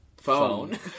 Phone